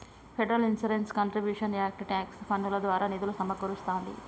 federal insurance contributions act tax పన్నుల ద్వారా నిధులు సమకూరుస్తాంది